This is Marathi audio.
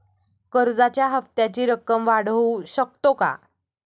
कर्जाच्या हप्त्याची रक्कम वाढवू शकतो का?